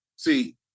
See